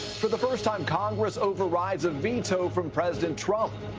for the first time, congress overrides a veto from president trump.